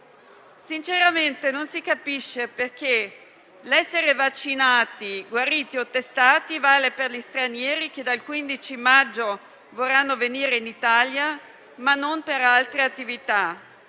Sinceramente non si capisce perché l'essere vaccinati, guariti o testati vale per gli stranieri che dal 15 maggio vorranno venire in Italia, ma non per altre attività.